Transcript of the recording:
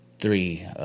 three